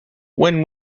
when